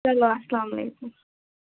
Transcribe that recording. چلو اسلام علیکُم